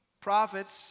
prophets